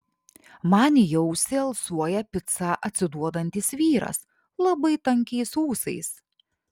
man į ausį alsuoja pica atsiduodantis vyras labai tankiais ūsais